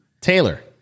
Taylor